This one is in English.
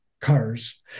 cars